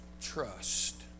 trust